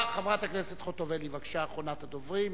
חברת הכנסת חוטובלי, בבקשה, אחרונת הדוברים.